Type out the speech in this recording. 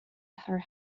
her